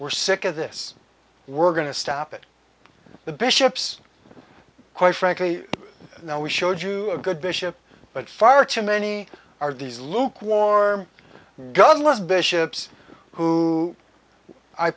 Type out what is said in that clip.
we're sick of this we're going to stop it the bishops quite frankly now we showed you a good bishop but far too many are these lukewarm godless bishops who i